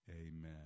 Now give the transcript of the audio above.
amen